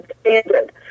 standard